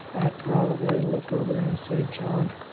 i'd probably look over there and say, john,